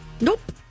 Nope